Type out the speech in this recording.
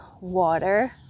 water